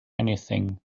anything